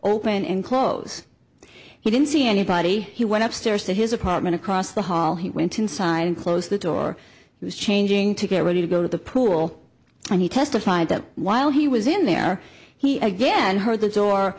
open and close he didn't see anybody he went upstairs to his apartment across the hall he went inside and closed the door he was changing to get ready to go to the pool and he testified that while he was in there he again heard the door